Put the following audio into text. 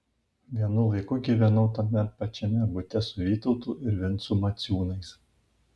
vienu laiku gyvenau tame pačiame bute su vytautu ir vincu maciūnais